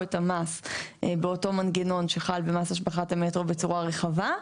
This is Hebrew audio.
את המס באותו מנגנון שחל במס השבחת המטרו בצורה רחבה.